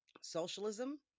Socialism